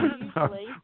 usually